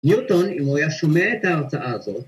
‫ניוטון, אם הוא היה שומע את ההרצאה הזו...